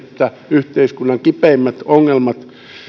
että yhteiskunnan kipeimmät ongelmat